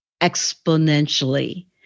exponentially